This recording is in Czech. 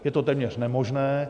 Je to téměř nemožné.